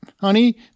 honey